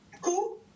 Cool